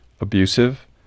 abusive